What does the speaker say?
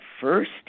first